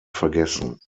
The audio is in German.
vergessen